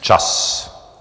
Čas.